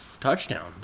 Touchdown